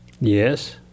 Yes